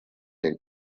den